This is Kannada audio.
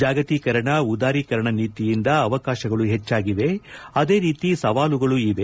ಜಾಗತೀಕರಣ ಉದಾರೀಕರಣ ನೀತಿಯಿಂದ ಅವಕಾಶಗಳು ಹೆಚ್ಚಾಗಿದೆ ಅದೇ ರೀತಿ ಸವಾಲುಗಳು ಇದೆ